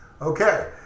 Okay